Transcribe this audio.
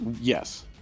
Yes